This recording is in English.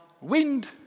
wind